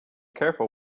careful